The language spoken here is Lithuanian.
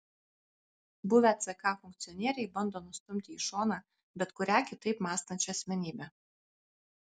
buvę ck funkcionieriai bando nustumti į šoną bet kurią kitaip mąstančią asmenybę